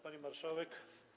Pani Marszałek!